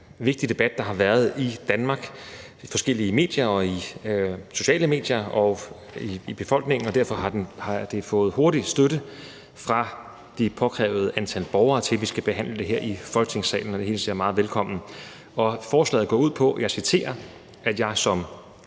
vigtig debat, der har været i Danmark i forskellige medier og på sociale medier i befolkningen, og derfor har det fået hurtig støtte af det påkrævede antal borgere, der skal til, for at vi skal behandle det her i Folketingssalen. Og det hilser jeg meget velkommen. Forslaget går ud på, at jeg som